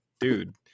Dude